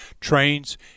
trains